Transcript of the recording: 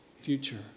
future